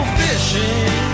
fishing